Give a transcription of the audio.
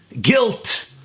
guilt